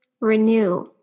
renew